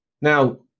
now